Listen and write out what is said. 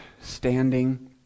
standing